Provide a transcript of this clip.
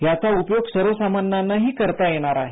याचा उपयोग सर्वसामान्यांनाही करता येणार आहे